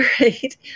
Right